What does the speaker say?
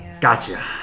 Gotcha